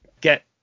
get